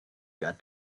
got